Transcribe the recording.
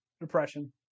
depression